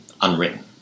Unwritten